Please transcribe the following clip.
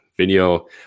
video